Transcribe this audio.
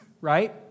right